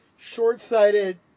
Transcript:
short-sighted